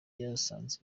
yazanye